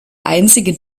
einzige